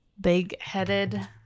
big-headed